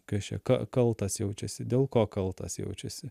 kas čia ka kaltas jaučiasi dėl ko kaltas jaučiasi